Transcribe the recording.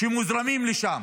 שמוזרמים לשם.